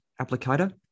applicator